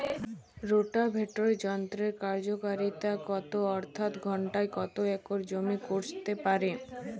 Rotavator যন্ত্রের কার্যকারিতা কত অর্থাৎ ঘণ্টায় কত একর জমি কষতে পারে?